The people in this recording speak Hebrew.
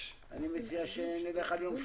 אני מציע שנלך על יום שלישי,